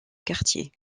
quartier